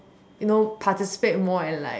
you know participate more in like